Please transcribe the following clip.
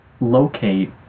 locate